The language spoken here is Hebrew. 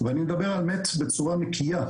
ואני מדבר על מת' בצורה נקייה,